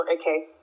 okay